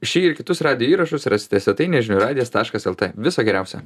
šį ir kitus radijo įrašus rasite svetainėje žinių radijas taškas lt viso geriausio